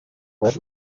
what